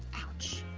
ouch.